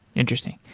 interesting.